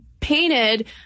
painted